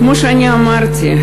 כמו שאני אמרתי,